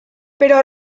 però